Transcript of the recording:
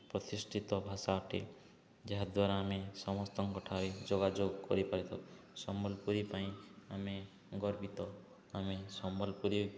ପ୍ରତିଷ୍ଠିତ ଭାଷା ଅଟେ ଯାହାଦ୍ୱାରା ଆମେ ସମସ୍ତଙ୍କ ଠାରେ ଯୋଗାଯୋଗ କରିପାରିଥାଉ ସମ୍ବଲପୁରୀ ପାଇଁ ଆମେ ଗର୍ବିତ ଆମେ ସମ୍ବଲପୁରୀ